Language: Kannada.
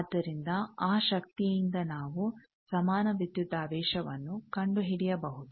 ಆದ್ದರಿಂದ ಆ ಶಕ್ತಿಯಿಂದ ನಾವು ಸಮಾನ ವಿದ್ಯುದಾವೇಶವನ್ನು ಕಂಡುಹಿಡಿಯಬಹುದು